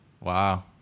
Wow